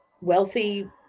wealthy